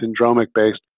syndromic-based